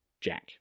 Jack